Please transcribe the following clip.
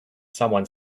someone